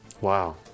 Wow